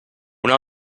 una